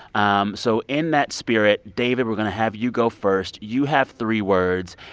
um so in that spirit, david, we're going to have you go first. you have three words,